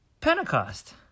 Pentecost